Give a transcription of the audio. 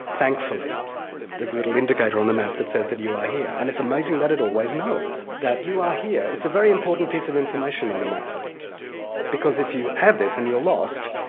thankfully there's a little indicator on the map that says you are here, and it's amazing that it always knows that you are here. it's a very important piece of information on a map because if you have this and you're lost,